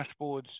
dashboards